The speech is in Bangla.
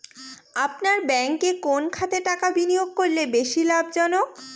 আপনার ব্যাংকে কোন খাতে টাকা বিনিয়োগ করলে বেশি লাভজনক?